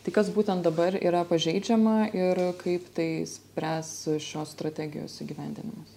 tai kas būtent dabar yra pažeidžiama ir kaip tai spręs šios strategijos įgyvendinimas